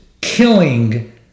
killing